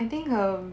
I think um